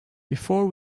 before